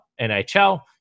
NHL